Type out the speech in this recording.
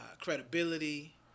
credibility